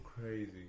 crazy